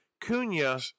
Cunha